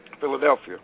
Philadelphia